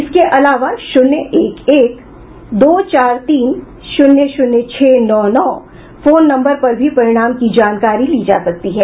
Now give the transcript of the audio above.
इसके अलावा शून्य एक एक दो चार तीन शून्य शून्य छह नौ नौ फोन नम्बर पर भी परिणाम की जानकारी ली जा सकती है